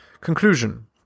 Conclusion